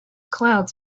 clouds